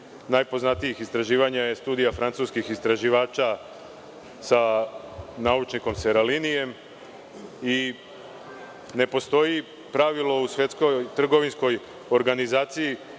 najpoznatijih istraživanja je Studija francuskih istraživača sa naučnim koncelarijiem. Ne postoji pravilo u Svetskoj trgovinskoj organizaciji